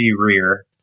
rear